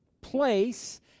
place